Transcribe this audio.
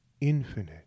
infinite